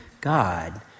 God